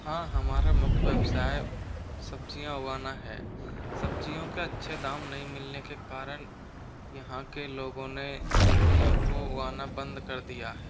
हाँ हमारा मुख्य व्यवसाय सब्ज़ियाँ उगाना है सब्ज़ियों के अच्छे दाम नहीं मिलने के कारण यहाँ के लोगों ने सब्ज़ियों को उगाना बंद कर दिया है